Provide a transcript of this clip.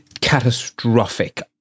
catastrophic